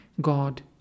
God